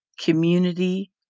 community